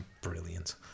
brilliant